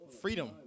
freedom